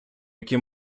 які